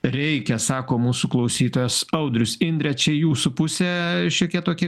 reikia sako mūsų klausytojas audrius indre čia jūsų pusė šiokia tokia